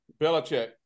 Belichick